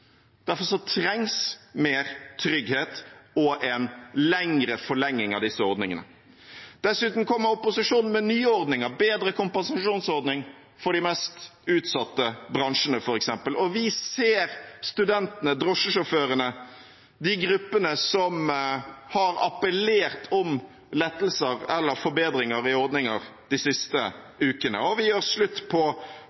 Derfor trengs mer trygghet og en lengre forlenging av disse ordningene. Dessuten kommer opposisjonen med nye ordninger, en bedre kompensasjonsordning for de mest utsatte bransjene, f.eks. Vi ser studentene, drosjesjåførene, de gruppene som har appellert om lettelser eller forbedringer i ordninger de siste